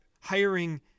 hiring